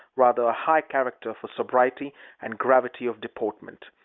rather a high character for sobriety and gravity of deportment,